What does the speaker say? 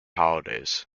holidays